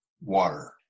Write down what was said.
water